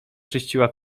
czyściła